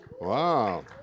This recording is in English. Wow